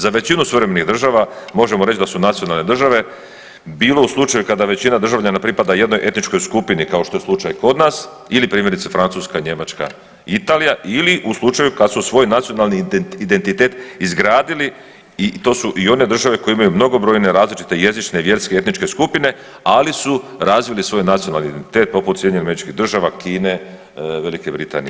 Za većinu suvremenih država možemo reći da su nacionalne države, bilo u slučaju kada većina državljana pripada jednoj etničkoj skupini kao što je slučaj kod nas ili primjerice, Francuska, Njemačka, Italija ili u slučaju kad su svoj nacionalni identitet izgradili i to su i one države koje imaju mnogobrojne različite jezične, vjerske i etničke skupine, ali su razvili svoj nacionalni identitet, poput SAD-a, Kine, VB, itd.